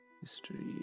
history